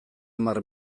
hamar